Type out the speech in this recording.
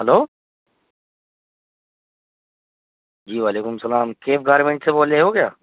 hello جی وعلیکم سلام کیف گارمنٹ سے بول رہے ہو کیا